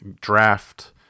draft